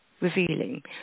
revealing